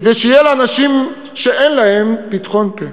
כדי שיהיה לאנשים שאין להם פתחון פה.